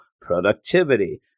productivity